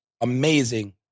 Amazing